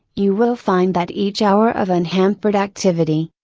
you will find that each hour of unhampered activity,